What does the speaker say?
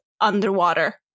underwater